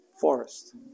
Forest